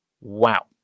Wow